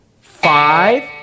five